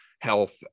health